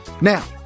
Now